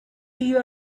eve